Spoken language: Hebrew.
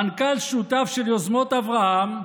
מנכ"ל שותף של יוזמות אברהם,